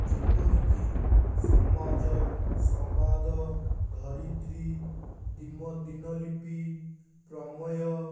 ଯେପରିକି ସମାଜ ସମ୍ବାଦ ଧରିତ୍ରୀ ଦିନଲିପି ପ୍ରମେୟ